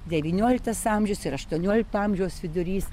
devynioliktas amžius ir aštuoniolikto amžiaus vidurys